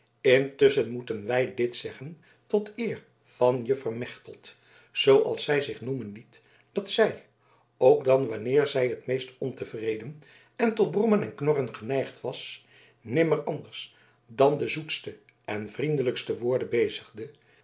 intusschen moeten wij dit zeggen tot eer van juffer mechtelt zooals zij zich noemen liet dat zij ook dan wanneer zij het meest ontevreden en tot brommen en knorren geneigd was nimmer anders dan de zoetste en vriendelijkste woorden bezigde